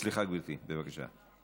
סליחה, גברתי, בבקשה.